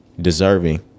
Deserving